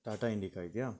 ಟಾಟಾ ಇಂಡಿಕಾ ಇದೆಯಾ